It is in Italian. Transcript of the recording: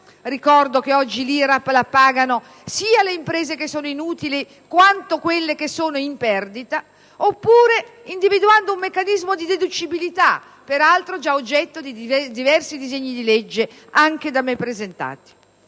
(ricordo che oggi pagano l'IRAP sia le imprese che producono utili sia quelle che sono in perdita) oppure individuando un meccanismo di deducibilità, peraltro già oggetto di diversi disegni di legge anche da me presentati.